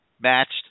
matched